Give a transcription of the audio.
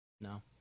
No